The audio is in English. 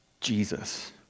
Jesus